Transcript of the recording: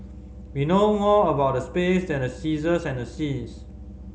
we know more about the space than the seasons and the seas